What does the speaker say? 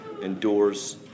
endures